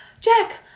Jack